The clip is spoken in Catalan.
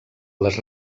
les